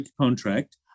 Contract